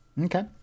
Okay